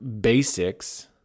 basics